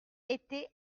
été